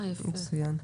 אין, מצוין.